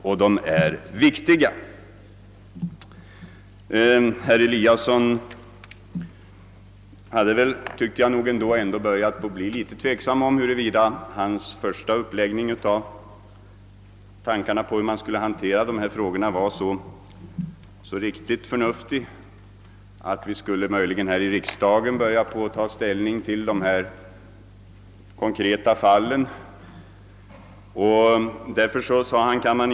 Det verkar som om herr Eliasson i Sundborn har börjat bli litet tveksam om huruvida hans första tanke att riksdagen skulle ta ställning till de konkreta fallen var så förnuftig.